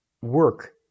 work